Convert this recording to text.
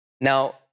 Now